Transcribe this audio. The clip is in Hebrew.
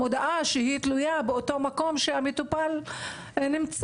מודעה שהיא תלויה באותו מקום שהמטופל נמצא.